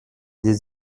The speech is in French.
des